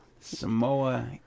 Samoa